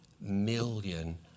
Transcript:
million